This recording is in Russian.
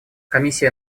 комиссия